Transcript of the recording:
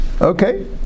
Okay